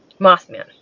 Mothman